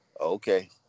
Okay